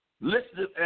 listed